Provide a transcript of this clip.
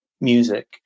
Music